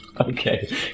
Okay